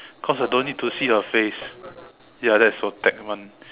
because I don't need to see her face ya that is for that month